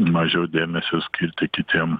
mažiau dėmesio skirti kitiem